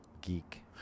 geek